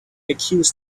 accuse